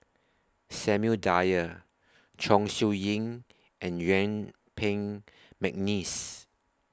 Samuel Dyer Chong Siew Ying and Yuen Peng Mcneice